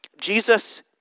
Jesus